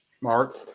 Mark